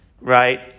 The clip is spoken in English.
Right